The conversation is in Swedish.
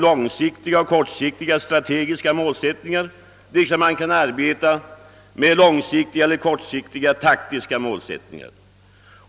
Dessa målsättningar kan vara antingen långsiktiga eller kortsiktiga.